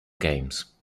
games